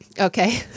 Okay